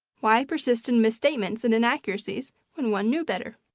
why persist in misstatements and inaccuracies when one knew better?